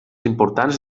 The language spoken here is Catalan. importants